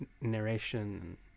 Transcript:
narration